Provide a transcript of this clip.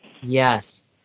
Yes